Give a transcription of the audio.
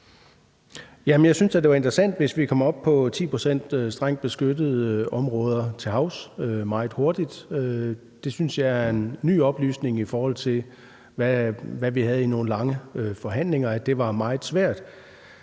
Jeg synes da, det var interessant, hvis vi kom op på 10 pct. strengt beskyttede områder til havs meget hurtigt. Det synes jeg er en ny oplysning, i forhold til hvad vi hørte i nogle lange forhandlinger, nemlig at det var meget svært.